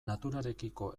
naturarekiko